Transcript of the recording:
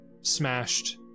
smashed